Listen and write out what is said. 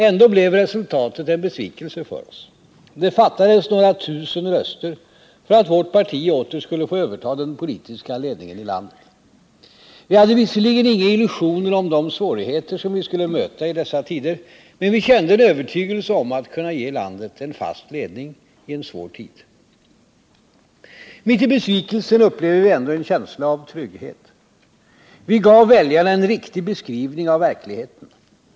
Ändå blev resultatet en besvikelse för oss. Det fattades några tusen röster för att vårt parti åter skulle få överta den politiska ledningen i landet. Vi hade visserligen inga illusioner om de svårigheter som vi skulle möta i dessa tider, men vi kände en övertygelse om att kunna ge landet en fast ledning i en svår tid. Mitt i besvikelsen upplever vi ändå en känsla av trygghet. Vi gav väljarna en riktig beskrivning av verkligheten.